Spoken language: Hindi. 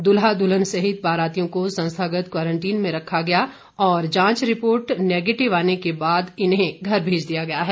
दूल्हा दूल्हन सहित बारातियों को संस्थागत क्वारंटीन में रखा गया और जांच रिपोर्ट के नेगेटिव आने के बाद इन्हें घर भेज दिया गया है